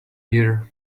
year